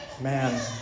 man